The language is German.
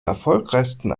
erfolgreichsten